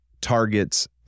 targets